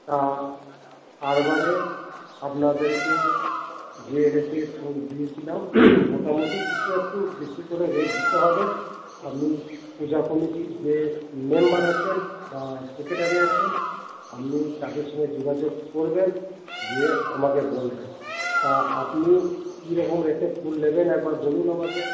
তা আরবারে আপনাদেরকে যে রেটে ফুল দিয়েছিলাম মোটামুটি কিছু একটু বেশি করে রেট দিতে হবে আপনি পূজা কমিটির যে মেম্বার আছেন বা সেক্রেটারি আছেন আপনি তাদের সঙ্গে যোগাযোগ করবেন দিয়ে আমাকে বলবেন তা আপনি কি রকম রেটে ফুল নেবেন একবার বলুন আমাকে